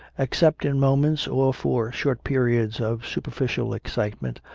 except in moments, or for short periods of superficial excite ment,